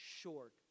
short